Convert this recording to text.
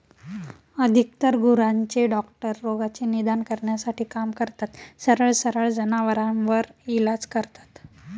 अधिकतर गुरांचे डॉक्टर रोगाचे निदान करण्यासाठी काम करतात, सरळ सरळ जनावरांवर इलाज करता